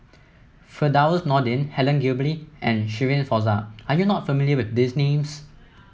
Firdaus Nordin Helen Gilbey and Shirin Fozdar are you not familiar with these names